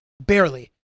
barely